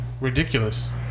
ridiculous